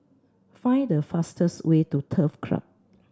find the fastest way to Turf Club